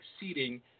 exceeding